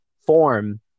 form